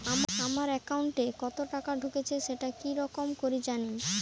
আমার একাউন্টে কতো টাকা ঢুকেছে সেটা কি রকম করি জানিম?